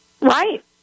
Right